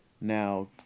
Now